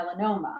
melanoma